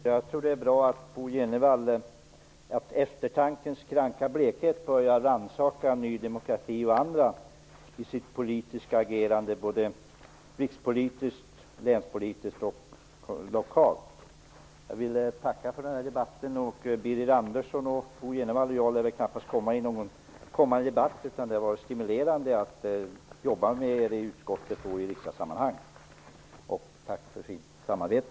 Herr talman! Jag skall fatta mig mycket kort. Jag tror att det är bra att Bo Jenevall drabbas av eftertankens kranka blekhet och att han börjar rannsaka Ny demokratis politiska agerande, såväl rikspolitiskt som länspolitiskt och lokalt. Jag vill tacka för den här debatten. Birger Andersson, Bo Jenevall och jag lär knappast delta tillsammans i någon kommande debatt. Det har varit stimulerande att jobba med er i utskottet och i andra sammanhang i riksdagen. Tack för ett fint samarbete!